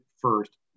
first